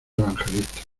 evangelistas